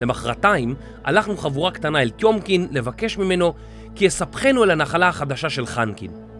במחרתיים הלכנו חבורה קטנה אל תיומקין לבקש ממנו כי יספחנו אל הנחלה החדשה של חנקין.